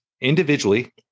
individually